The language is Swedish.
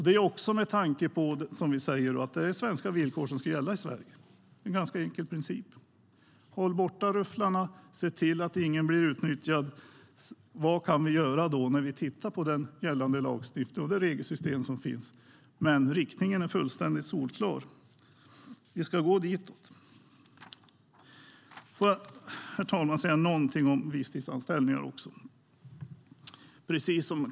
Det är svenska villkor som ska gälla i Sverige - det är en ganska enkel princip. Man ska hålla rufflarna borta och se till att ingen blir utnyttjad. Vad kan vi då göra när vi tittar på den gällande lagstiftningen och det regelsystem som finns? Riktningen är fullständigt solklar: Vi ska gå ditåt. Herr talman! Jag vill säga något om visstidsanställningar också.